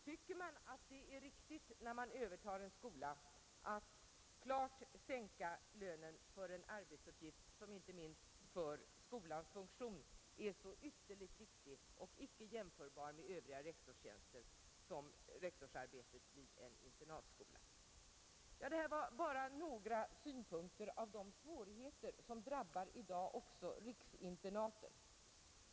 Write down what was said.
Tycker man att det är riktigt, när man övertar en skola, att betydligt sänka lönen för en arbetsuppgift, som inte minst för skolans funktion är så ytterligt viktig och icke jämförbar med övriga rektorstjänster? Det här var bara några synpunkter på de svårigheter som i dag drabbar också riksinternaten.